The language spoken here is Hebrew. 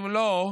אם לא,